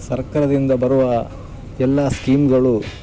ಸರ್ಕಾರದಿಂದ ಬರುವ ಎಲ್ಲ ಸ್ಕೀಮ್ಗಳು